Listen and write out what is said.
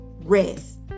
rest